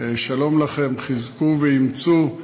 שלום לכם, חזקו ואמצו.